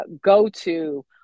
go-to